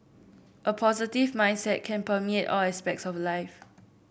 a positive mindset can permeate all aspects of life